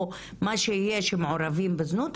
או מה שיהיה שמעורבים בזנות,